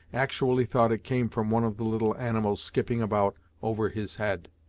actually thought it came from one of the little animals skipping about over his head.